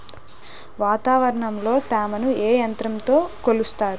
వాతావరణంలో తేమని ఏ యంత్రంతో కొలుస్తారు?